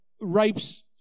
rapes